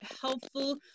helpful